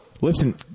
Listen